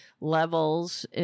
levels